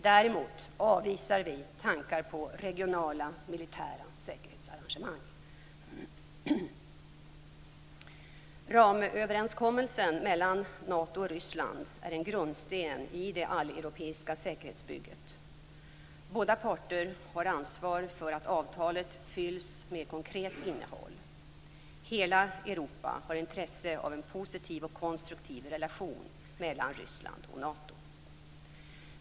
Däremot avvisar vi tankar på regionala militära säkerhetsarrangemang. Ramöverenskommelsen mellan Nato och Ryssland är en grundsten i det alleuropeiska säkerhetsbygget. Båda parter har ansvar för att avtalet fylls med konkret innehåll. Hela Europa har intresse av en positiv och konstruktiv relation mellan Ryssland och Nato.